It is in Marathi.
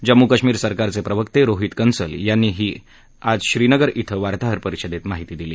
जम्मू काश्मीर सरकारचे प्रवक्ते रोहीत कंसल यांनी ही आज श्रीनगर इथं वार्ताहर परिषदेत ही माहिती दिली